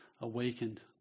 awakened